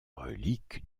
reliques